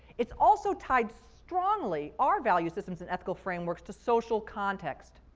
it's also tied strongly, our value systems and ethical frameworks to social context.